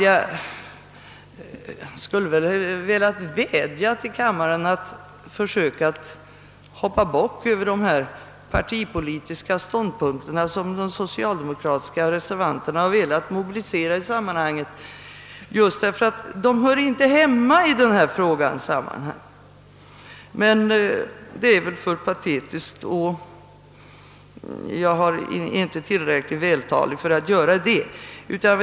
Jag skulle velat vädja till kammaren att försöka hoppa bock över de partipolitiska ståndpunkter som de socialdemokratiska reservanterna har velat mobilisera i sammanhanget, just därför att de inte hör hemma i den här frågan, men det är väl alltför patetiskt, och jag är inte tillräckligt vältalig för att kunna göra det.